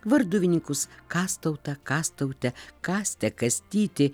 varduvininkus kastautą kastautę kastę kastytį